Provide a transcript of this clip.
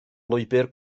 lwybr